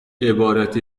عبارت